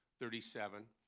thirty seven.